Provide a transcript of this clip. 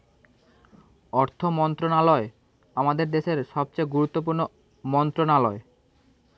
অর্থ মন্ত্রণালয় আমাদের দেশের সবচেয়ে গুরুত্বপূর্ণ মন্ত্রণালয়